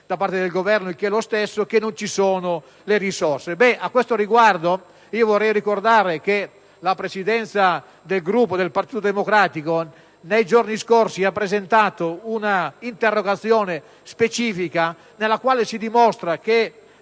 da parte del Governo, il che è lo stesso, che non ci sono le risorse. A questo riguardo vorrei ricordare che la Presidenza del Gruppo del Partito Democratico ha presentato nei giorni scorsi una interrogazione specifica, nella quale si dimostra che